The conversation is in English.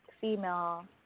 female